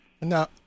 Now